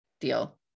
Deal